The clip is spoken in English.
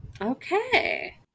Okay